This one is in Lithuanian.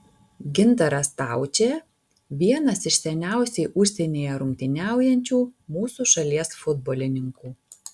gintaras staučė vienas iš seniausiai užsienyje rungtyniaujančių mūsų šalies futbolininkų